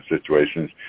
situations